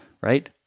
right